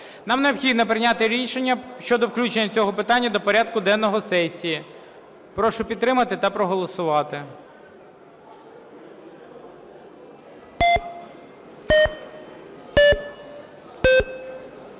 Нам необхідно прийняти рішення щодо включення цього питання до порядку денного сесії. Прошу підтримати та проголосувати.